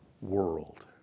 world